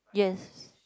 yes